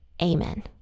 Amen